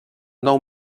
nou